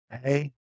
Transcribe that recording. hey